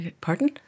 Pardon